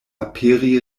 aperi